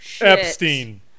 Epstein